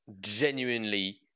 genuinely